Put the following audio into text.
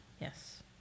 Yes